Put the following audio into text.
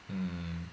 mm